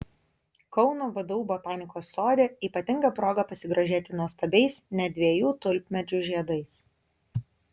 kauno vdu botanikos sode ypatinga proga pasigrožėti nuostabiais net dviejų tulpmedžių žiedais